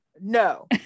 No